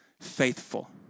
faithful